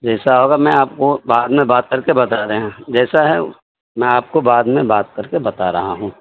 جیسا ہوگا میں آپ کو بعد میں بات کر کے بتا رہے ہیں جیسا ہے میں آپ کو بعد میں بات کر کے بتا رہا ہوں